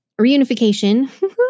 reunification